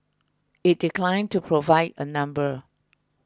it declined to provide a number